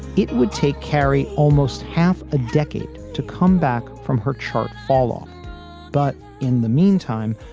it would take kerry almost half a decade to comeback from her chart follow but in the meantime,